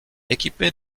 équipé